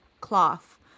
cloth